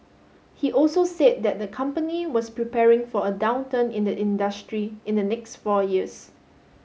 he also said that the company was preparing for a downturn in the industry in the next four years